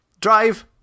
drive